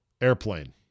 airplane